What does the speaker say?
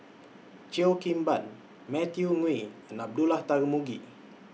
Cheo Kim Ban Matthew Ngui and Abdullah Tarmugi